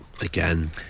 Again